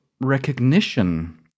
recognition